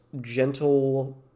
gentle